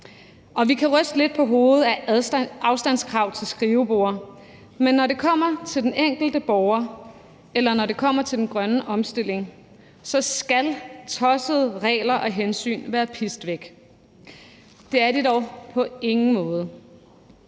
Vi kan ryste lidt på hovedet af afstandskrav til skriveborde, men når det kommer til den enkelte borger, eller når det kommer til den grønne omstilling, skal tossede regler og hensyn være pist væk. Det er de dog på ingen måde.